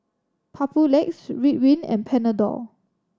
Papulex Ridwind and Panadol